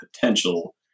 potential